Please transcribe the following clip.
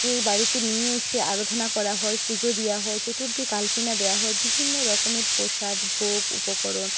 এই বাড়িতে নিয়ে এসে আরাধনা করা হয় পুজো দেওয়া হয় চতুর্দিক আলপনা দেওয়া হয় বিভিন্ন রকমের প্রসাদ ভোগ উপকরণ